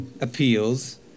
appeals